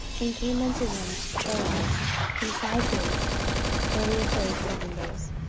and came unto them to troas in five days where we abode seven days.